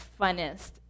funnest